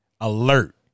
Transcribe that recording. alert